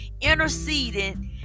interceding